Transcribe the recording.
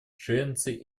швеции